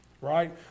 right